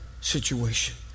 situation